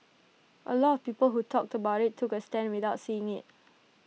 A lot of people who talked about IT took A stand without seeing IT